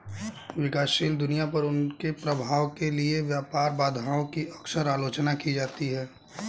विकासशील दुनिया पर उनके प्रभाव के लिए व्यापार बाधाओं की अक्सर आलोचना की जाती है